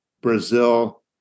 Brazil